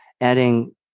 adding